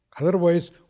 Otherwise